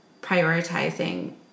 prioritizing